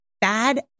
Bad